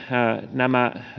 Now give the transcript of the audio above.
nämä